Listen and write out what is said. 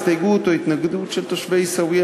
ההסתייגות או ההתנגדות של תושבי עיסאוויה,